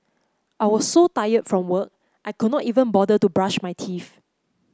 I was so tired from work I could not even bother to brush my teeth